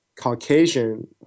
Caucasian